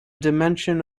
dimension